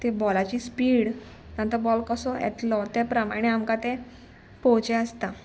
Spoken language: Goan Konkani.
ती बॉलाची स्पीड आनी तो बॉल कसो येतलो ते प्रमाणे आमकां ते पोवचे आसता